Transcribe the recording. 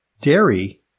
dairy